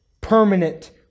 permanent